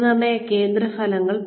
മൂല്യനിർണയ കേന്ദ്ര ഫലങ്ങൾ